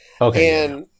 Okay